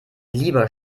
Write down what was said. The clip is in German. lieber